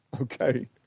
okay